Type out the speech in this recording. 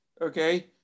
okay